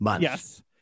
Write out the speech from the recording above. Yes